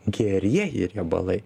gerieji riebalai